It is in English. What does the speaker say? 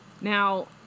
Now